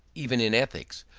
even in ethics,